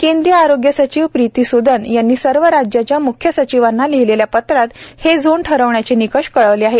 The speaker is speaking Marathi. केंद्रीय आरोग्य सचिव प्रीती सुदन यांनी सर्व राज्यांच्या म्ख्यसचिवांना लिहीलेल्या पत्रात हे झोन ठरवण्याचे निकष कळवले आहेत